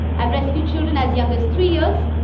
i've rescued children as young as three years,